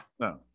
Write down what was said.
No